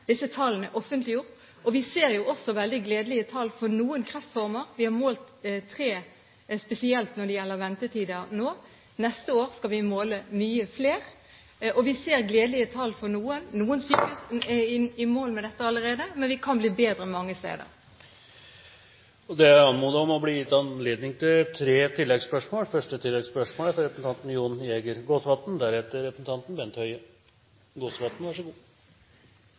med. Tallene er offentliggjort. Vi ser også veldig gledelige tall for noen kreftformer. Vi har målt tre spesielt nå når det gjelder ventetider. Neste år skal vi måle mange flere. Vi ser gledelige tall for noen. Noen sykehus er i mål med dette allerede, men vi kan bli bedre mange steder. Det er anmodet om og blir gitt anledning til tre oppfølgingsspørsmål – først representanten Jon